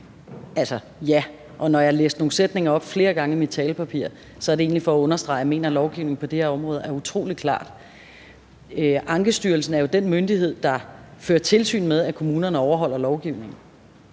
Altså, ja! Og når jeg læste nogle sætninger op flere gange fra mit talepapir, er det egentlig for at understrege, at jeg mener, at lovgivningen på det her område er utrolig klar. Ankestyrelsen er jo den myndighed, der fører tilsyn med, at kommunerne overholder lovgivningen.